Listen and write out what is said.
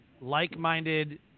like-minded